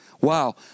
Wow